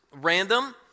random